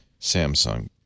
Samsung